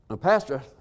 Pastor